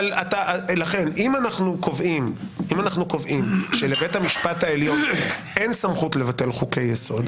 לכן אם אנחנו קובעים שלבית המשפט העליון אין סמכות לבטל חוקי יסוד,